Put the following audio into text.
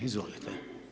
Izvolite.